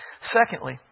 Secondly